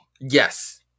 Yes